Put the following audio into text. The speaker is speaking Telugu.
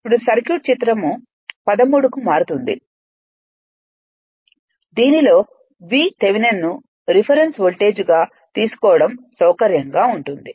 అప్పుడు సర్క్యూట్ చిత్రం 13 కు మారుతుంది దీనిలో Vథెవెనిన్ ను రిఫరెన్స్ వోల్టేజ్ గా తీసుకోవడం సౌకర్యంగా ఉంటుంది